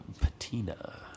patina